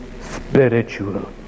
spiritual